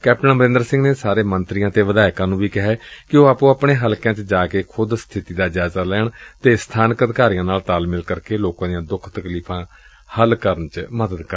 captain Amarinder Singh ਨੇ ਸਾਰੇ ਮੰਤਰੀਆਂ ਅਤੇ ਵਿਧਾਇਕਾਂ ਨੂੰ ਵੀ ਕਿਹੈ ਕਿ ਉਹ ਆਪੋ ਆਪਣੇ ਹਲਕਿਆਂ ਚ ਜਾ ਕੇ ਖੁਦ ਸਬਿਤੀ ਦਾ ਜਾਇਜ਼ਾ ਲੈਣ ਅਤੇ ਸਬਾਨਕ ਅਧਿਕਾਰੀਆਂ ਨਾਲ ਤਾਲਮੇਲ ਕਰਕੇ ਲੋਕਾਂ ਦੀਆਂ ਦੁੱਖ ਤਕਲੀਫਾਂ ਹੱਲ ਕਰਨ ਚ ਮਦਦ ਕਰਨ